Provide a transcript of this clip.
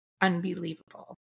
unbelievable